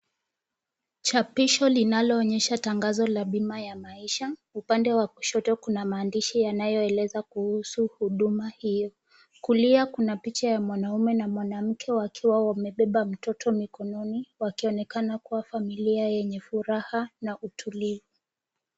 Chapisho linaloonyesha tangazo la bima ya maisha. Upande wa kushoto kuna maandishi yanayoeleza kuhusu huduma hiyo. Kulia kuna picha ya mwanaume na mwanamke wakiwa wamebeba mtoto mikononi wakionekana kuwa familia yenye furaha na utulivu.